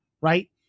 right